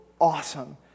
awesome